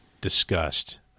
discussed